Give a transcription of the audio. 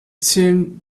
seemed